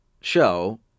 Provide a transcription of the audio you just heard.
show